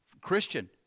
Christian